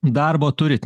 darbo turit